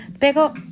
Pero